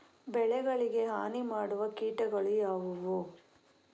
ಬೆಳೆಗಳಿಗೆ ಹಾನಿ ಮಾಡುವ ಕೀಟಗಳು ಯಾವುವು?